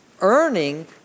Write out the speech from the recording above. earning